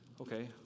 okay